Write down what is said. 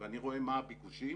ואני רואה מה הביקושים